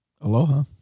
Aloha